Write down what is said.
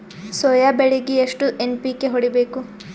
Soya ಬೆಳಿಗಿ ಎಷ್ಟು NPK ಹೊಡಿಬೇಕು?